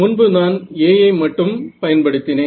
முன்பு நான் A ஐ மட்டும் பயன்படுத்தினேன்